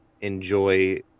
enjoy